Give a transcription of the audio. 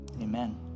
amen